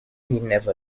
never